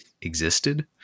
existed